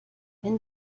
wenn